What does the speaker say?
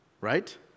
right